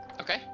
Okay